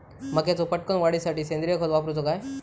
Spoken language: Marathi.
मक्याचो पटकन वाढीसाठी सेंद्रिय खत वापरूचो काय?